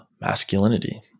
masculinity